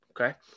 Okay